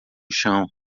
chão